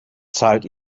zahlt